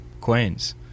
Queen's